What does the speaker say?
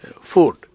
food